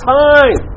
time